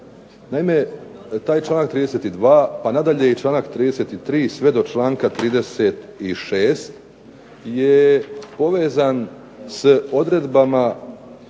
Naime, taj članak 32. pa nadalje i članak 33., sve do članka 36. je povezan s odredbama